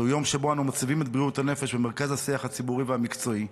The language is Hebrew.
זהו יום שבו אנו מציבים את בריאות הנפש במרכז השיח הציבורי והמקצועי.